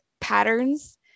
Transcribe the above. patterns